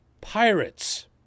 Pirates